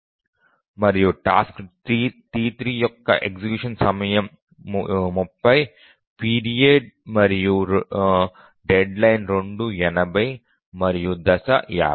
మరియు task T3 యొక్క execution సమయం 30 పీరియడ్ మరియు డెడ్లైన్ రెండూ 80 మరియు దశ 50